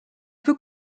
peut